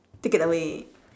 take it away